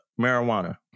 Marijuana